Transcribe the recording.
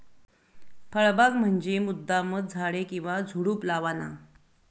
फळबाग म्हंजी मुद्दामचं झाडे किंवा झुडुप लावाना